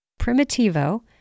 Primitivo